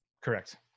Correct